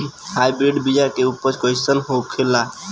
Hybrid बीया के उपज कैसन होखे ला?